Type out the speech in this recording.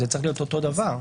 זה צריך להיות אותו דבר.